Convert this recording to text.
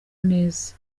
neza